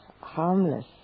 harmless